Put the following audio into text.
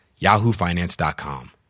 yahoofinance.com